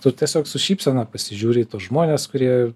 tu tiesiog su šypsena pasižiūri į tuos žmones kurie